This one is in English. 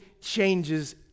changes